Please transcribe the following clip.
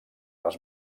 les